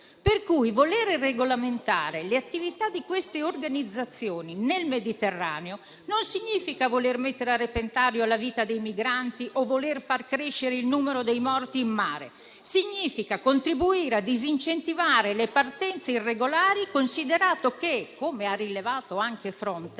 Per cui, voler regolamentare le attività di queste organizzazioni nel Mediterraneo non significa mettere a repentaglio la vita dei migranti o far crescere il numero dei morti in mare; significa contribuire a disincentivare le partenze irregolari, considerato che - come ha rilevato anche Frontex